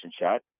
shot